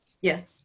Yes